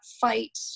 fight